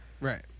Right